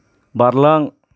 बारलां